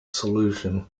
solution